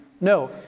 No